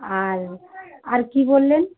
আর আর কী বললেন